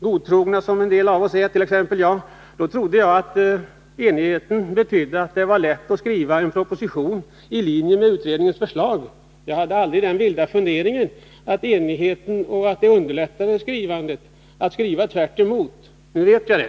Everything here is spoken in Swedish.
Godtrogen som t.ex. jag — i likhet med en del andra — är trodde jag att enigheten betydde att det var lätt att skriva en proposition i linje med utredningens förslag. Jag hade aldrig den vilda funderingen att enigheten underlättade att skriva tvärtemot. Nu vet jag det.